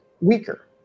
weaker